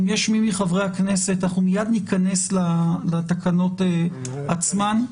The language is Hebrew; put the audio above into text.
אנחנו מיד ניכנס לתקנות עצמן,